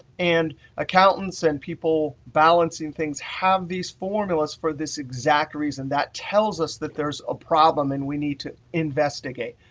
and accountants and people balancing things have these formulas for this exact reason. that tells us that there's a problem and we need to investigate.